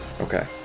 Okay